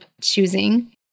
choosing